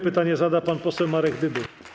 Pytanie zada pan poseł Marek Dyduch.